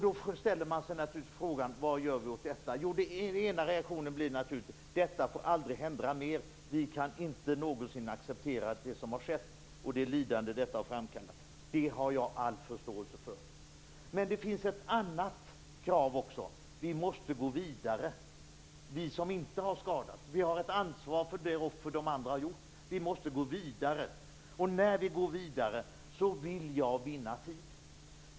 Då ställer man sig naturligtvis frågan: Vad gör vi åt detta? Att reaktionen naturligtvis blir att detta aldrig får hända mer, att vi aldrig någonsin kan acceptera det som har skett och det lidande som det har framkallat, det har jag all förståelse för. Men det finns ett annat krav också. Vi måste gå vidare. Vi som inte har skadats har ett ansvar för det offer som de andra har gjort. Vi måste gå vidare, och när vi går vidare vill jag vinna tid.